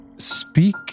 Speak